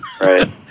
Right